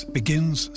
begins